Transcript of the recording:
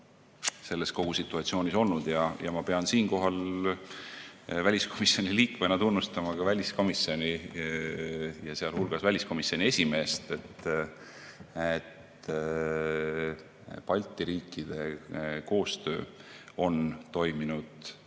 selles situatsioonis olnud. Ja ma pean siinkohal väliskomisjoni liikmena tunnustama ka väliskomisjoni ja sealhulgas väliskomisjoni esimeest, et Balti riikide koostöö on toiminud